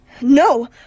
No